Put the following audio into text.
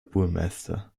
burmeister